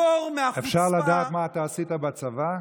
אפשר לדעת מה אתה עשית בצבא?